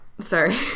Sorry